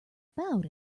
about